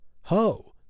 Ho